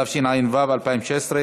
התשע"ו 2016,